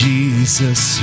Jesus